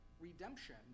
redemption